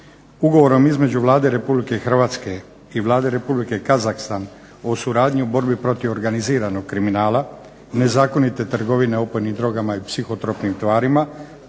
Ugovorom između Vlade RH i Vlade Republike Kazahstan o suradnji u borbi protiv organiziranog kriminala, nezakonite trgovine opojnim drogama i psihotropnim tvarima,